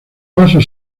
vasos